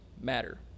matter